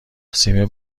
سیم